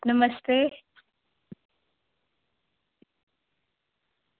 नमस्ते